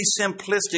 simplistic